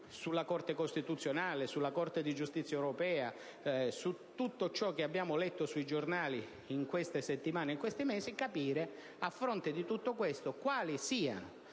sulla Corte costituzionale, sulla Corte di giustizia europea e su tutto ciò che abbiamo letto sui giornali in queste settimane e in questi mesi, i risultati concreti conseguiti in